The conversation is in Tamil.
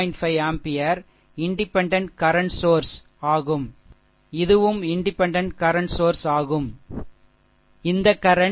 5 ஆம்பியர் இண்டிபெண்டென்ட் கரன்ட் சோர்ஷ் ஆகும் இதுவும் இண்டிபெண்டென்ட் கரன்ட் சோர்ஷ் ஆகும் இந்த கரன்ட் நுழைகிறது 2